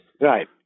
Right